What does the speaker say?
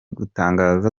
gutangaza